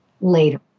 later